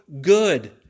good